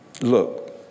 Look